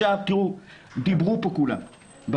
דיברו פה כולם,